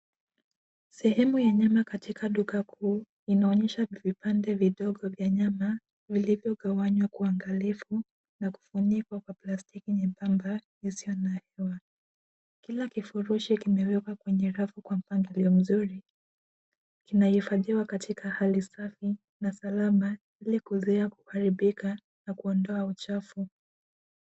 Sehemu ya nyama katika duka kuu inaonyesha vipande vidogo vya nyama vilivyogawanywa kwa uangalifu na kufunikwa kwa plastiki nyembamba isiyo na hewa. Kila kifurushi kimewekwa kwenye rafu kwa mpangilio mzuri. Kinahifadhiwa katika hali safi na salama ilikuzuia kuharibika na kuondoa uchafu.